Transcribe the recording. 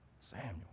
Samuel